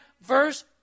verse